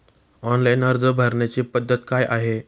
Online अर्ज भरण्याची पद्धत काय आहे?